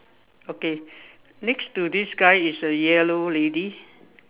okay next to this guy is a yellow lady